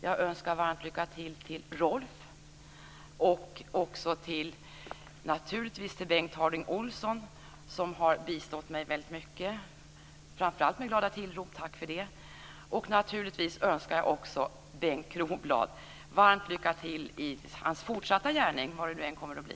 Jag önskar Rolf Dahlberg varmt lycka till och naturligtvis också Bengt Harding Olson, som har bistått mig väldigt mycket, framför allt med glada tillrop. Tack för det! Naturligtvis önskar jag också Bengt Kronblad varmt lycka till i hans fortsatta gärning, vad det nu än kommer att bli.